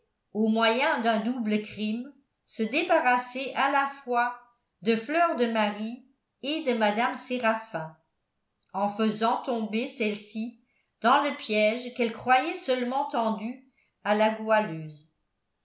au moyen d'un double crime se débarrasser à la fois de fleur de marie et de mme séraphin en faisant tomber celle-ci dans le piège qu'elle croyait seulement tendu à la goualeuse